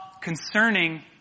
concerning